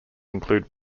include